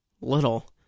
Little